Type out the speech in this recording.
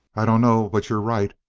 i dunno but you're right.